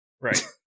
Right